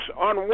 on